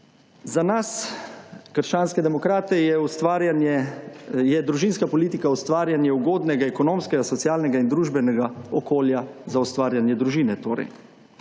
Za nas, krščanske demokrate, je ustvarjanje, je družinska politika, ustvarjanje ugodnega ekonomskega, socialnega in družbenega okolja za ustvarjanje družine